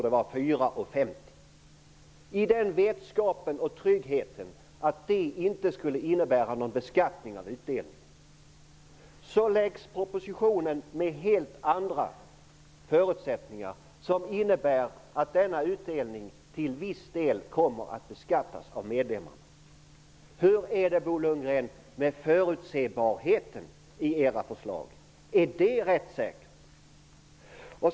Det gjorde man i vetskapen och förvissningen om att det inte skulle innebära någon beskattning av utdelningen. Så lades propositionen med helt andra förutsättningar fram. Den innebar att denna utdelning till viss del kommer att beskattas. Hur är det, Bo Lundgren, med förutsebarheten i era förslag? Är detta rättssäkert?